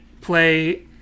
play